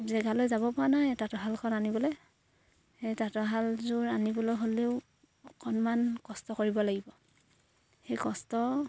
জেগালৈ যাব পৰা নাই তাঁতশালখন আনিবলে সেই তাঁতশালযোৰ আনিবলৈ হ'লেও অকণমান কষ্ট কৰিব লাগিব সেই কষ্ট